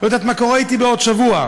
לא יודעת מה קורה אתי בעוד שבוע.